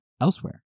elsewhere